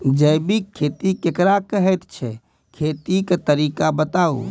जैबिक खेती केकरा कहैत छै, खेतीक तरीका बताऊ?